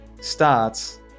starts